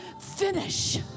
finish